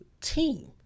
team